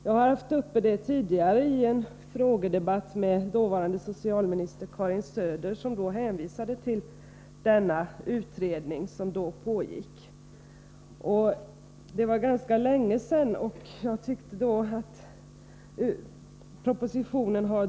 Jag har haft denna fråga uppe tidigare i en frågedebatt med dåvarande socialministern Karin Söder, som hänvisade till denna utredning som då pågick. Detta var ganska länge sedan, och jag tyckte därför att propositionen dröjde.